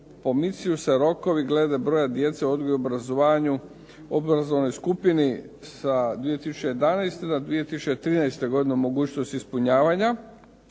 se./… se rokovi glede broja djece u odgoju i obrazovanja, obrazovanoj skupini sa 2011. na 2013. godinu, mogućnost ispunjavanja